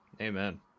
Amen